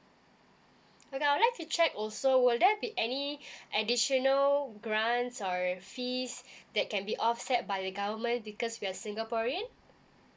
but I'd like to check also will there be any additional grants or fees that can be offset by the government because we're singaporean